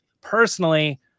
personally